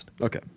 Okay